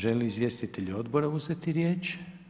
Želi li izvjestitelj odbora uzeti riječ?